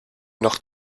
noch